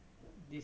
mmhmm